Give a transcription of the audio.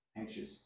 anxious